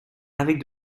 avec